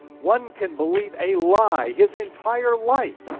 one can believe a lie his entire life,